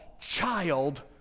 child